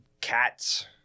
cats